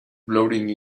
blowing